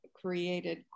created